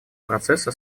процесса